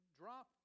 drop